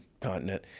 continent